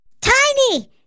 Tiny